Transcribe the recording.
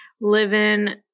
living